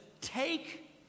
take